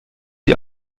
die